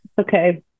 Okay